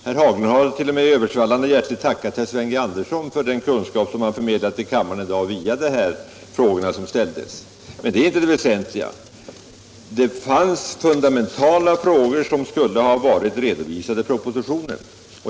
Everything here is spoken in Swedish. Herr Haglund har t.o.m. översvallande hjärtligt tackat herr Andersson i Örebro för den kunskap som han förmedlat till kammaren i dag via frågorna som ställdes vid hearingen. Men det är inte det väsentliga. Det fanns fundamentala frågor som skulle ha varit redovisade i propositionen.